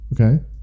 Okay